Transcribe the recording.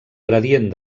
gradient